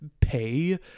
pay